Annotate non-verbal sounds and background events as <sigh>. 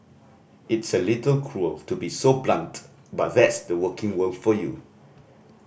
it's a little cruel <unintelligible> to be so blunt but that's the working world for you